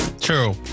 True